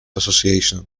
association